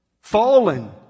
Fallen